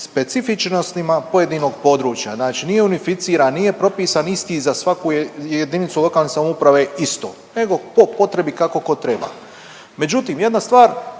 specifičnostima pojedinog područja. Znači nije unificiran, nije propisan isti za svaku jedinicu lokalne samouprave isto. Nego po potrebi kako tko treba. Međutim, jedna stvar